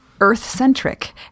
Earth-centric